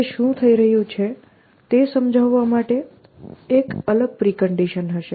તે શું થઈ રહ્યું છે તે સમજાવવા માટે એક અલગ પ્રિકન્ડિશન હશે